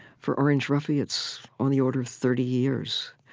for orange roughy, it's on the order of thirty years.